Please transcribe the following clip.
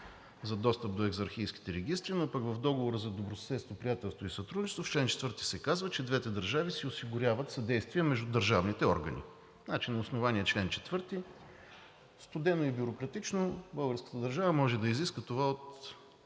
за достъп до екзархийските регистри, но пък в Договора за добросъседство, приятелство и сътрудничество в чл. 4 се казва, че двете държави си осигуряват съдействие между държавните органи. Значи, на основание чл. 4 – студено и бюрократично, българската държава може да изисква това от